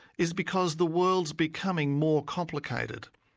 is because the world's becoming more complicated.